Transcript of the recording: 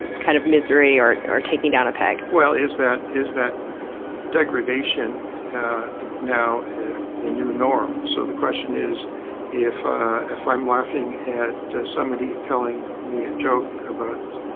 and kind of misery or are taking down a peg? well, is that is that degradation now the new norm? so the question, is if ah if i'm laughing at somebody telling me a joke about